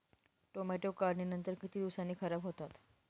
Tomato काढणीनंतर किती दिवसांनी खराब होतात?